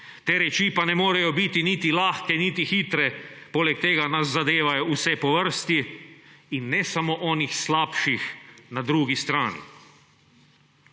Te reči pa ne morejo biti niti lahke, niti hitre, poleg tega nas zadevajo vse po vrsti, in ne samo onih slabših na drugi strani.